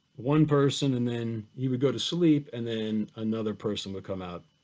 one person and then he would go to sleep and then another person would come out,